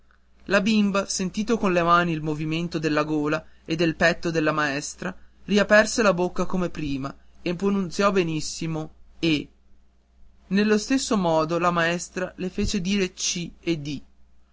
la bimba sentito con le mani il movimento della gola e del petto della maestra riaperse la bocca come prima e pronunziò benissimo e nello stesso modo la maestra le fece dire c e d